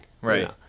right